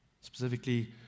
Specifically